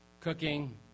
cooking